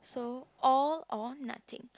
so all or nothing